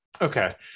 okay